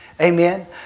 Amen